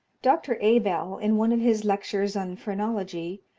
dr. abell, in one of his lectures on phrenology,